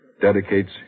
dedicates